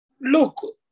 Look